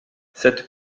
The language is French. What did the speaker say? cette